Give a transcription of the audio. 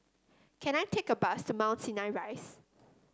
can I take a bus to Mount Sinai Rise